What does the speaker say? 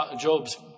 Job's